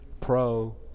pro